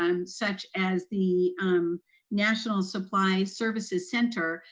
um such as the um national supply services center,